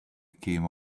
came